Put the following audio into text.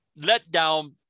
letdown